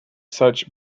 such